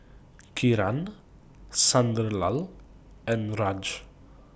Kiran Sunderlal and Raj